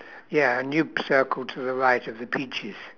ya a new circle to the right of the peaches